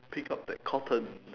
pick up that cotton